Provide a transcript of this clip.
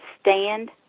stand